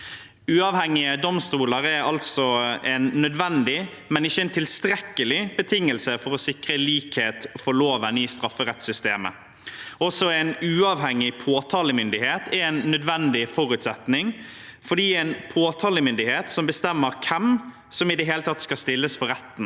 Uavhengige domstoler er altså en nødvendig, men ikke en tilstrekkelig betingelse for å sikre likhet for loven i strafferettssystemet. Også en uavhengig påtalemyndighet er en nødvendig forutsetning fordi det er en påtalemyndighet som bestemmer hvem som i det hele tatt skal stilles for retten